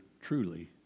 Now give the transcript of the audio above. truly